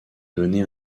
donné